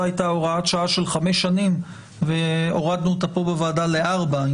הייתה הוראת שעה של 5 שנים והורדנו אותה פה בוועדה ל-3.